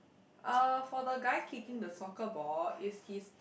uh for the guy kicking the soccer ball is his